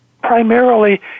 primarily